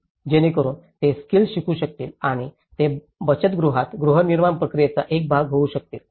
जेणेकरुन ते स्किल्स शिकू शकतील आणि ते बचतगृहाच्या गृहनिर्माण प्रक्रियेचा एक भाग होऊ शकतील